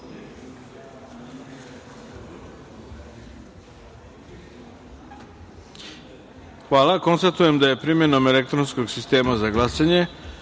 jedinice. Konstatujem da je primenom elektronskom sistema za glasanje